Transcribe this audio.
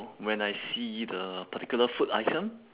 when I see the particular food item